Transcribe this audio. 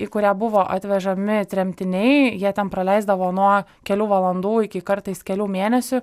į kurią buvo atvežami tremtiniai jie ten praleisdavo nuo kelių valandų iki kartais kelių mėnesių